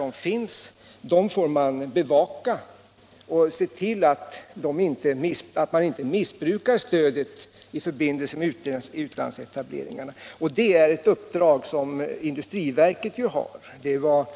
Man får se till att stödet inte missbrukas i förbindelse med utlandsetableringarna. Det är industriverkets uppdrag, och